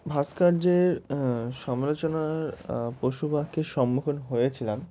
ভাস্কর্যের সমালোচনার পুশব্যাকের সম্মুখীন হয়েছিলাম